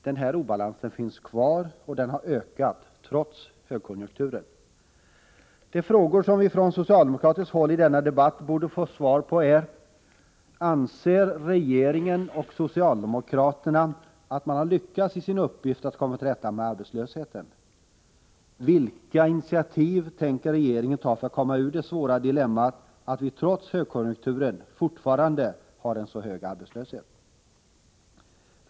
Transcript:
Den här obalansen finns kvar, och den har ökat, trots högkonjunkturen. De frågor som vi i denna debatt borde få svar på från socialdemokratiskt håll är: Anser regeringen och socialdemokraterna att man lyckats i sin uppgift att komma till rätta med arbetslösheten? Vilka initiativ tänker regeringen ta för att komma ur det svåra dilemmat att vi trots högkonjunkturen fortfarande har en så hög arbetslöshet?